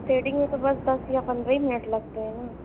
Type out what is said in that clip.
threading میں تو بس دس یا پندرہ ہی منٹ لگتے ہیں نا